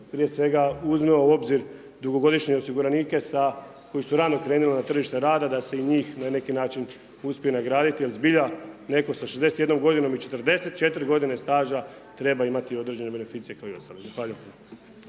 prije svega uzme u obzir dugogodišnje osiguranike sa koji su rano krenuli na tržište rada da se i njih na neki način uspije nagraditi jer zbilja neko sa 61. godinom i 41. godinom staža treba imati određene beneficije kao i ostali.